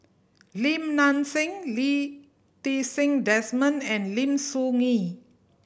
Lim Nang Seng Lee Ti Seng Desmond and Lim Soo Ngee